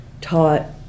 taught